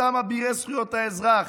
אותם אבירי זכויות האזרח?